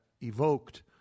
evoked